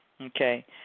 Okay